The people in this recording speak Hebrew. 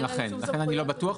כן, לכן אני לא בטוח.